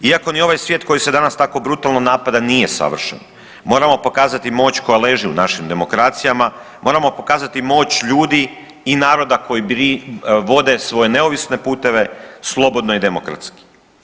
Iako ni ovaj svijet koji se danas tako brutalno savršen moramo pokazati moć koja leži u našim demokracijama, moramo pokazati moć ljudi i naroda koji vode svoje neovisne puteve slobodno i demokratski.